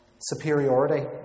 superiority